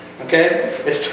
Okay